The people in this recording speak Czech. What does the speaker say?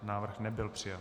Návrh nebyl přijat.